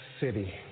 city